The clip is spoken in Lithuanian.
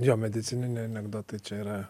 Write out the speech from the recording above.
jo medicininiai anekdotai čia yra